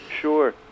Sure